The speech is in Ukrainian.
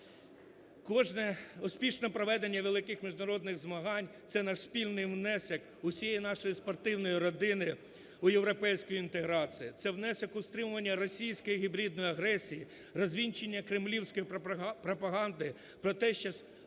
Кожне успішне проведення великих міжнародних змагань – це наш спільний внесок усієї нашої спортивної родини у європейську інтеграцію. Це внесок у стримування російської гібридної агресії, розвінчання кремлівської пропаганди про те, що у нас